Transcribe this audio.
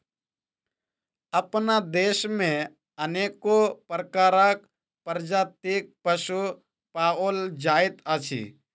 अपना देश मे अनेको प्रकारक प्रजातिक पशु पाओल जाइत अछि